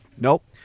nope